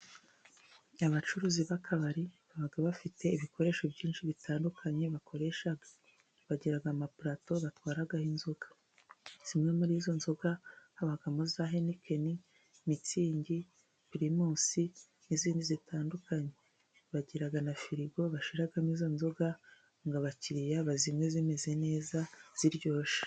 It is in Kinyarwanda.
Abacuruzi b'akabari baba bafite ibikoresho byinshi bitandukanye bakoresha. Bagira ama palato batwaraho inzoga. Zimwe muri izo nzoga habamo za henikeni, mitsingi, pirimusi n'izindi zitandukanye. Bagira na firigo bashyiramo izo nzoga ngo abakiriya bazinywe zimeze neza ziryoshye.